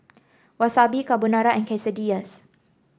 Wasabi Carbonara and Quesadillas